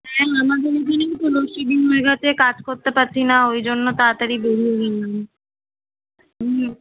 হ্যাঁ আমাদের এখানেও তো লোডশেডিং হয়ে গেছে কাজ করতে পারছি না ওই জন্য তাড়াতাড়ি বেরিয়ে হুম